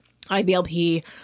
IBLP